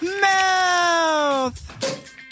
Mouth